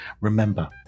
Remember